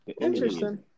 Interesting